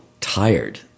tired